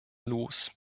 los